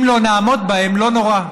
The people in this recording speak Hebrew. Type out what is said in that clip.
אם לא נעמוד בהן, לא נורא.